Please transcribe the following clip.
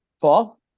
Paul